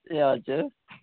ए हजुर